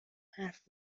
حرف